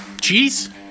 Cheese